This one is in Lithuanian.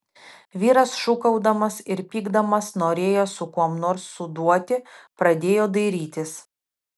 vyras šūkaudamas ir pykdamas norėjo su kuom nors suduoti pradėjo dairytis